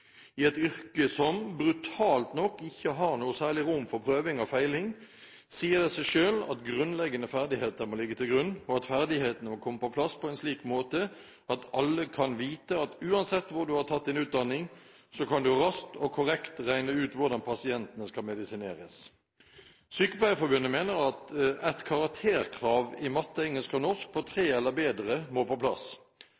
I et yrke som, brutalt nok, ikke har noe særlig rom for prøving og feiling, sier det seg selv at grunnleggende ferdigheter må ligge til grunn, og at ferdighetene må komme på plass på en slik måte at alle kan vite at uansett hvor du har tatt din utdanning, kan du raskt og korrekt regne ut hvordan pasientene skal medisineres. Sykepleierforbundet mener at et karakterkrav i matte, engelsk og norsk på